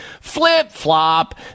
flip-flop